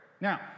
Now